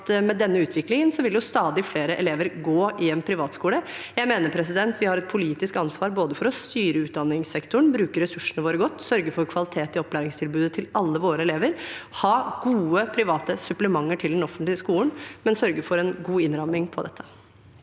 Med denne utviklingen vil jo stadig flere elever gå på en privatskole. Jeg mener vi har et politisk ansvar for å styre utdanningssektoren, bruke ressursene våre godt, sørge for kvalitet i opplæringstilbudet til alle våre elever og ha gode private supplementer til den offentlige skolen, men sørge for en god innramming av dette.